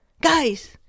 Guys